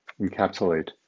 encapsulate